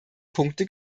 punkte